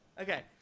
Okay